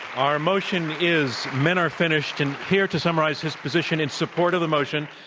our motion is men are finished. and here to summarize his position in support of the motion,